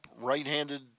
right-handed